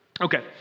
Okay